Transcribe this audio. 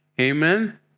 Amen